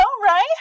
right